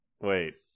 Wait